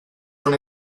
non